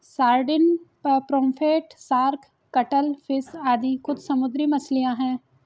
sardine, pomfret, shark, cuttlefish आदि कुछ समुद्री मछलियाँ हैं